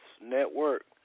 network